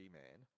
man